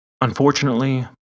Unfortunately